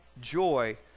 joy